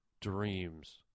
dreams